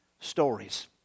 stories